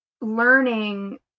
Learning